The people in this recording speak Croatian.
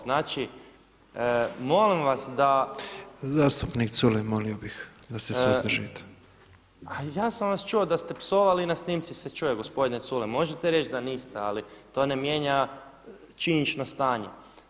Znači, molim vas da …… [[Upadica se ne čuje.]] [[Upadica predsjednik: Zastupnik Culej, molio bih da se suzdržite.]] Ha ja sam vas čuo da ste psovali i na snimci se čuje gospodine Culej, možete reći da niste ali to ne mijenja činjenično stanje.